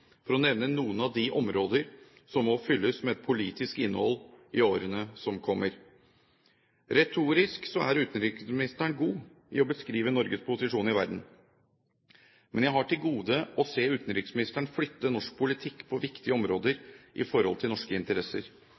for å nevne noen av de områder som må fylles med et politisk innhold i årene som kommer. Retorisk er utenriksministeren god til å beskrive Norges posisjon i verden. Men jeg har til gode å se utenriksministeren flytte norsk politikk på viktige områder i forhold til norske interesser.